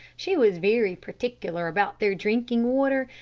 she was very particular about their drinking water,